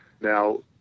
Now